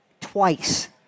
twice